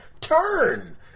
Turn